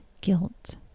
guilt